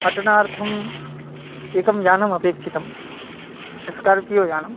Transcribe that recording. अटनार्थम् एकं यानम् अपेक्षितम् एस्कार्पियो यानं